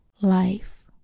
life